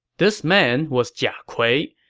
this man was jia kui,